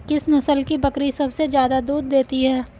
किस नस्ल की बकरी सबसे ज्यादा दूध देती है?